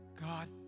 God